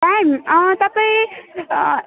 time तपाईँ